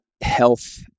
health